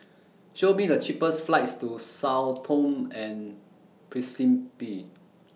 Show Me The cheapest flights to Sao Tome and Principe